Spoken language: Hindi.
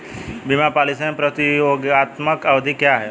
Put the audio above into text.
बीमा पॉलिसी में प्रतियोगात्मक अवधि क्या है?